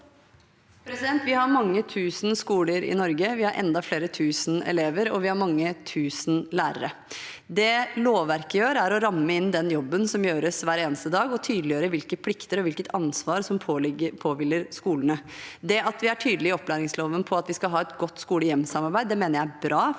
Vi har mange tu- sen skoler i Norge. Vi har enda mange flere tusen elever, og vi har mange tusen lærere. Det lovverket gjør, er å ramme inn den jobben som gjøres hver eneste dag og tydeliggjøre hvilke plikter og hvilket ansvar som påhviler skolene. Det at vi er tydelige i opplæringsloven på at vi skal ha et godt skole-hjem-samarbeid, mener jeg er bra,